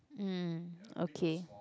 mm okay